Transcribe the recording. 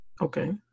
Okay